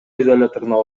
изоляторуна